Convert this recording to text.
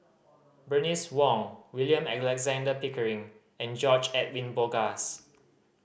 Bernice Wong William Alexander Pickering and George Edwin Bogaars